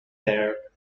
there